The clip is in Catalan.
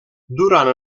durant